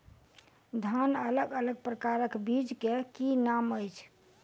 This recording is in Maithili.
धान अलग अलग प्रकारक बीज केँ की नाम अछि?